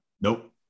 Nope